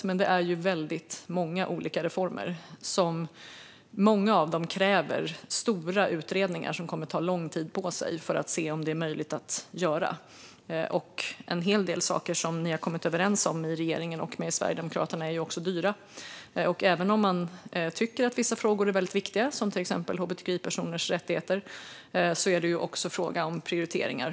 Men det är ju väldigt många olika reformer, och många av dem kräver stora utredningar som kommer att ta lång tid för att man ska kunna se om de är möjliga att genomföra. En hel del saker som ni i regeringen har kommit överens om med Sverigedemokraterna är också dyra. Även om man tycker att vissa frågor är väldigt viktiga, till exempel hbtqi-personers rättigheter, är det fråga om prioriteringar.